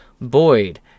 Boyd